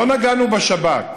לא נגענו בשבת.